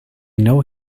know